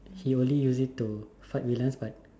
she only use it to fight villians but